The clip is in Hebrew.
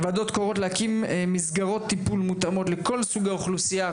הוועדות קוראות להקים מסגרות טיפול מותאמות לכל סוגי האוכלוסייה,